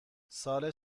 سال